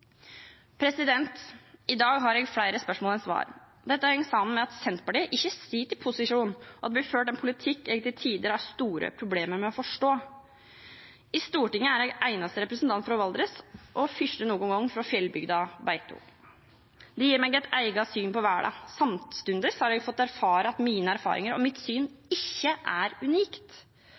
I dag har jeg flere spørsmål enn svar. Dette henger sammen med at Senterpartiet ikke sitter i posisjon, og at det blir ført en politikk jeg til tider har store problemer med å forstå. På Stortinget er jeg eneste representant fra Valdres og den første noen gang fra fjellbygda Beito. Det gir meg et eget syn på verden. Samtidig har jeg fått erfare at mine erfaringer ikke er unike, og at mitt syn ikke er unikt.